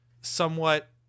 somewhat